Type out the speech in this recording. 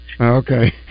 Okay